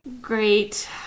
Great